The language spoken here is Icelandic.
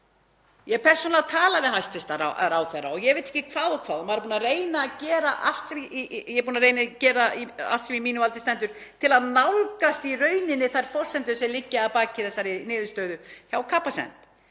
hef persónulega talað við hæstv. ráðherra og ég veit ekki hvað og hvað. Ég er búin að reyna að gera allt sem í mínu valdi stendur til að nálgast í rauninni þær forsendur sem liggja að baki þessari niðurstöðu hjá Capacent.